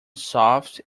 soft